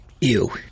Ew